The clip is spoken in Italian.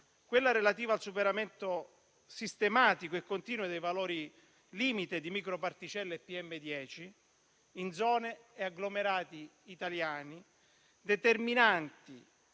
quella relativa al superamento sistematico e continuo dei valori limite di micro particelle PM10 in zone e agglomerati italiani, determinanti